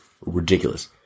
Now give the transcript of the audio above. Ridiculous